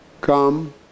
Come